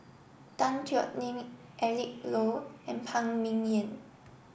Tan Thoon Eric Low and Phan Ming Yen